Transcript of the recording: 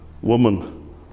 woman